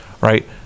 right